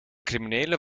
criminelen